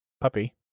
puppy